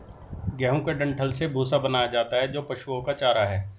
गेहूं के डंठल से भूसा बनाया जाता है जो पशुओं का चारा है